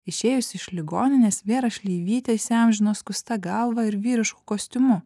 išėjusi iš ligoninės vėra šleivytė įsiamžino skusta galva ir vyrišku kostiumu